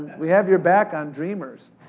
we have your back on dreamers.